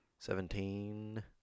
Seventeen